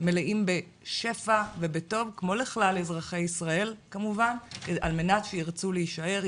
מלאים בשפע ובטוב כמו לכלל אזרחי ישראל כמובן על מנת שירצו להישאר.